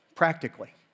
Practically